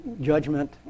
judgment